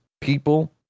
people